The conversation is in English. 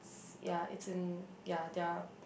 ya it's in ya they're